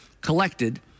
collected